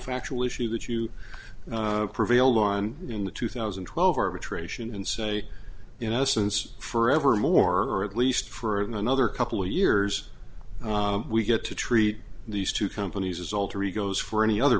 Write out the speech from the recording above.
factual issue that you prevailed on in the two thousand and twelve arbitration and say you know since forever more at least for another couple years we get to treat these two companies as alter egos for any other